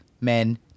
men